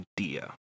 idea